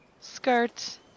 skirt